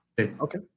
Okay